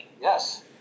Yes